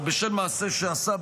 או בשל מעשה שעשה,